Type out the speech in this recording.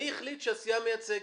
מי החליט שהסיעה מייצגת?